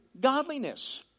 godliness